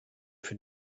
für